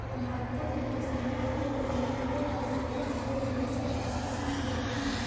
नागपुर के किसानों को एपियोलॉजी पर दो दिवसीय प्रशिक्षण दिया गया